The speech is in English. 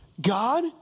God